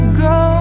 go